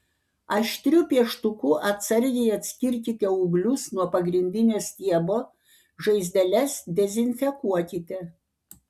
aštriu pieštuku atsargiai atskirkite ūglius nuo pagrindinio stiebo žaizdeles dezinfekuokite